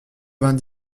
vingt